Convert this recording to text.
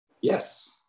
Yes